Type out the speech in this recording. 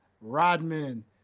Rodman